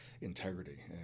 integrity